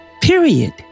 period